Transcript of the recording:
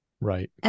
Right